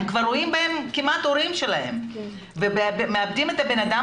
הם רואים בהם כמעט הורים שלהם ומאבדים את הבן אדם.